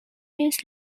days